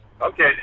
Okay